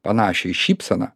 panašią į šypseną